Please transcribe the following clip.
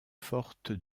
forte